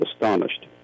astonished